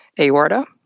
aorta